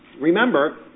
remember